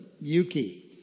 Yuki